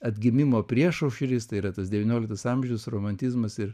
atgimimo priešaušris tai yra tas devynioliktas amžius romantizmas ir